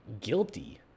guilty